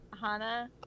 Hana